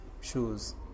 shoes